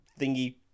thingy